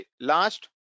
last